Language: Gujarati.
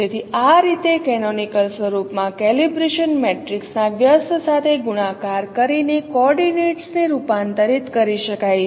તેથી આ રીતે કેનોનિકલ સ્વરૂપમાં કેલિબ્રેશન મેટ્રિક્સ ના વ્યસ્ત સાથે ગુણાકાર કરીને કોઓર્ડિનેટ્સ ને રૂપાંતરિત કરી શકાય છે